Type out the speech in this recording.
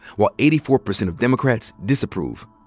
while eighty four percent of democrats disapprove.